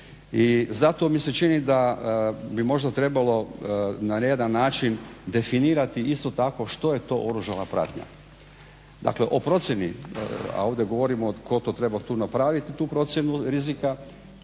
I zato mi se čini da bi možda trebalo na jedan način definirati isto tako što je to oružana pratnja. Dakle, o procjeni a ovdje govorimo tko to treba napraviti tu procjenu rizika,